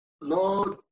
Lord